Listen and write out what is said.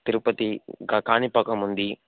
తిరుపతి క కాణిపాకం ఉంది